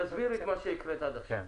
תסבירי את מה שקראת עד עכשיו.